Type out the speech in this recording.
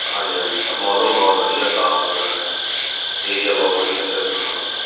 ਹਾਂਜੀ ਹਾਂਜੀ ਸਰ ਮੌਸਮ ਬਹੁਤ ਵਧੀਆ ਸਾਫ ਸੁਥਰਾ ਹੈ ਏਰੀਆ ਬਹੁਤ ਵਧੀਆ ਇੱਧਰ ਹਾਂ